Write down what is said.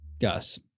Gus